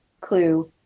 clue